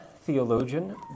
theologian